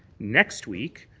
next week,